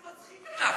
איזה מצחיק אתה.